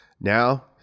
Now